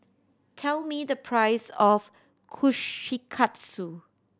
tell me the price of Kushikatsu